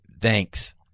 Thanks